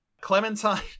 Clementine